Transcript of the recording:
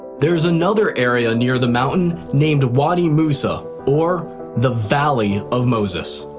there's another area near the mountain named wadi musa, or the valley of moses.